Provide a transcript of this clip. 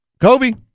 Kobe